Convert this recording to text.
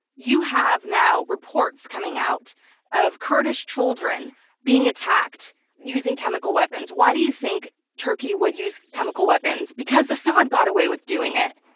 you have now reports coming out of kurdish children being attacked using chemical weapons. why do you think turkey would use chemical weapons? because assad got away with doing it.